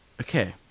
Okay